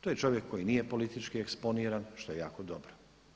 To je čovjek koji nije politički eksponiran što je jako dobro.